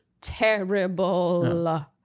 terrible